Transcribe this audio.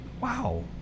Wow